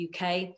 UK